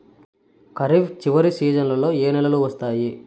ఖరీఫ్ చివరి సీజన్లలో ఏ నెలలు వస్తాయి?